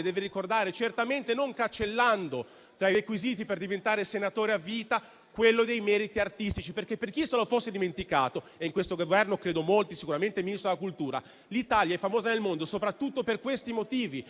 le deve valorizzare e certamente non cancellare, tra i requisiti per diventare senatore a vita, quello dei meriti artistici. Per chi, infatti, se lo fosse dimenticato - in questo Governo credo molti, sicuramente il Ministro della cultura - l'Italia è famosa nel mondo soprattutto per questi motivi;